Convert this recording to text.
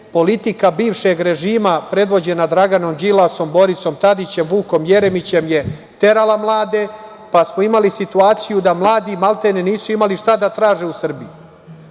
Politika bivšeg režima predvođena Draganom Đilasom, Borisom Tadićem, Vukom Jeremićem, je terala mlade, pa smo imali situaciju da mladi nisu imali šta da traže u Srbiji,